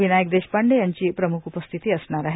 विनायक देशपांडे यांची प्रम्ख उपस्थिती असणार आहे